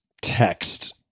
text